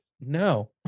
no